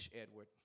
Edward